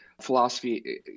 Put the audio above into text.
philosophy